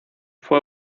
fue